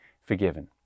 forgiven